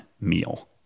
meal